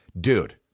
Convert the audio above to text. Dude